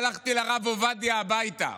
הלכתי לרב עובדיה הביתה,